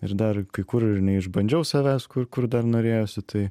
ir dar kai kur ir neišbandžiau savęs kur kur dar norėjosi tai